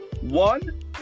One